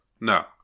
No